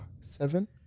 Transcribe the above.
seven